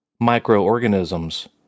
microorganisms